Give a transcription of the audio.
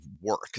work